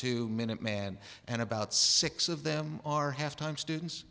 to minuteman and about six of them are half time students